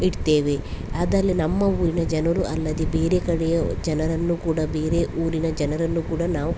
ಇಡ್ತೇವೆ ಅದರಲ್ ನಮ್ಮ ಊರಿನ ಜನರು ಅಲ್ಲದೆ ಬೇರೆ ಕಡೆಯ ಜನರನ್ನು ಕೂಡ ಬೇರೆ ಊರಿನ ಜನರನ್ನು ಕೂಡ ನಾವು